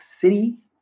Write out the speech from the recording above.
City